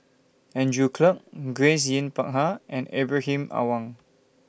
Andrew Clarke Grace Yin Peck Ha and Ibrahim Awang